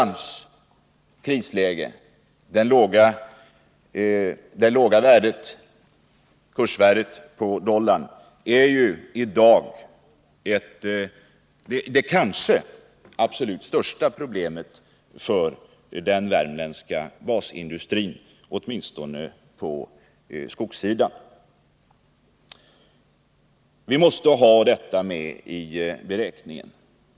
Det låga kursvärdet på dollarn är i dag det kanske absolut största problemet för den värmländska basindustrin, åtminstone när det gäller skogsprodukterna. Vi måste ta detta med i beräkningen.